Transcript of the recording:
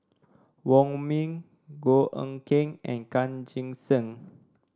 Wong Ming Goh Eck Kheng and Chan Chee Seng